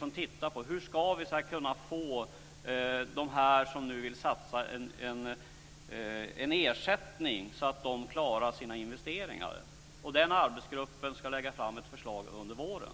Den tittar på hur de som vill satsa ska få ersättning så att de kan klara sina investeringar. Den arbetsgruppen ska lägga fram ett förslag under våren.